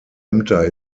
ämter